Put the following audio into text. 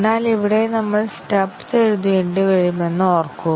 എന്നാൽ ഇവിടെ നമ്മൾ സ്റ്റബ്സ് എഴുതേണ്ടിവരുമെന്ന് ഓർക്കുക